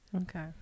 Okay